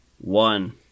one